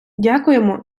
дякуємо